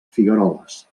figueroles